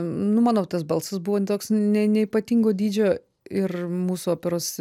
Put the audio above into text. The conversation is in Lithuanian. nu mano tas balsas buvo toks ne neypatingo dydžio ir mūsų operos